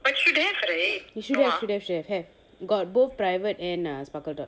it should have should have should have got both private and sparkletots